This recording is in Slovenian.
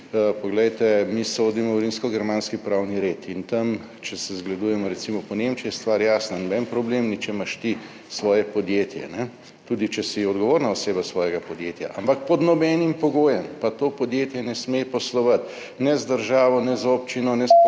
Poglejte, mi sodimo v rimsko germanski pravni red in tam, če se zgledujemo recimo po Nemčiji, je stvar jasna. Noben problem ni, če imaš ti svoje podjetje, tudi če si odgovorna oseba svojega podjetja. Ampak pod nobenim pogojem pa to podjetje ne sme poslovati ne z državo, ne z občino, ne s pokrajino,